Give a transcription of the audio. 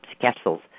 capsules